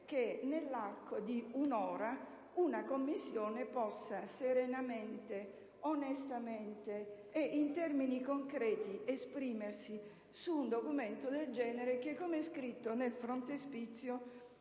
che nell'arco di un'ora una Commissione possa serenamente, onestamente ed in termini concreti esprimersi su un documento del genere, nel cui frontespizio